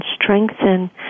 strengthen